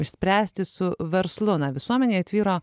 išspręsti su verslu na visuomenėje tvyro